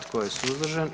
Tko je suzdržan?